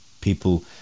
people